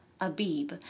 Abib